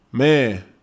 Man